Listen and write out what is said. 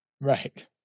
Right